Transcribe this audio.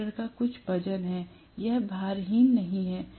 rotor का कुछ वजन है यह भारहीन नहीं है